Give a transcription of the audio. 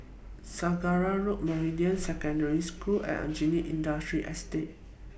Saraca Road Meridian Secondary School and Aljunied Industrial Estate